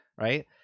right